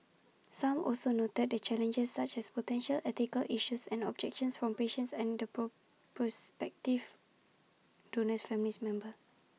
some also noted the challenges such as potential ethical issues and objections from patients and the pro prospective donor's family members